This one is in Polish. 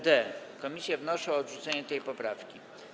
d. Komisje wnoszą o odrzucenie tej poprawki.